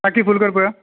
टांकी फूल कर पळोवया